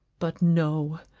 but no,